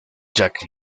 jack